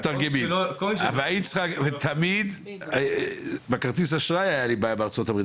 בארצות הברית הייתה לי בעיה בגלל העניין הזה,